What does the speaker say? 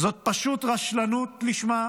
זאת פשוט רשלנות לשמה,